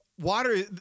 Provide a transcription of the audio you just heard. Water